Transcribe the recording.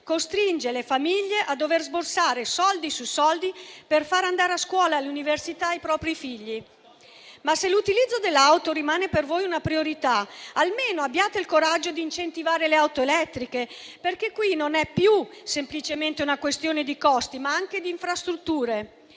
costringe le famiglie a sborsare soldi su soldi per far andare a scuola e all'università i propri figli. Ma, se l'utilizzo dell'auto rimane per voi una priorità, almeno abbiate il coraggio di incentivare le auto elettriche, perché qui è non più semplicemente una questione di costi, ma anche di infrastrutture.